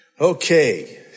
Okay